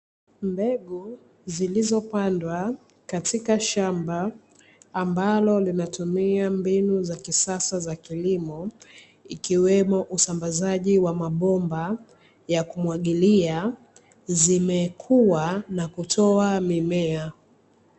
Mbegu zilizopandwa katika shamba ambalo linatumia mbinu za kisasa za kilimo, ikiwemo usambazaji wa mabomba ya kumwagilia zimekua na kutoa mimea.